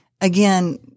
Again